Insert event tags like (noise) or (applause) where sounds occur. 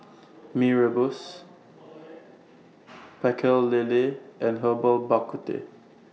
Mee Rebus (noise) (noise) Pecel Lele and Herbal Bak Ku Teh